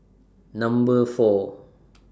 Number four